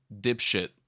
Dipshit